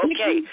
okay